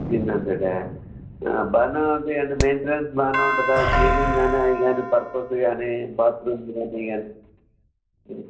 fifteen హండ్రెడా బానే ఉంటాయండి మెంటెనెన్స్ బానే ఉంటదా క్లీనింగ్గానీ అయిగానీ పర్పస్గాని బాత్రూమ్లు గానీ అన్నీ